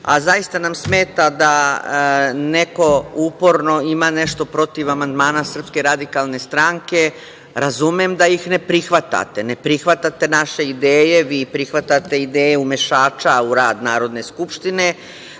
a zaista nam smeta da neko uporno ima nešto protiv amandman SRS, razumem da ih ne prihvatate, ne prihvatate naše ideje, vi prihvatate ideje u mešača u rad Narodne skupštine,